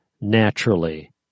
naturally